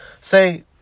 say